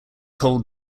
cole